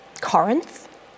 Corinth